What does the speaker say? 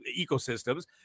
ecosystems